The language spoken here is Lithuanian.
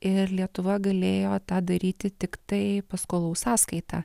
ir lietuva galėjo tą daryti tiktai paskolų sąskaita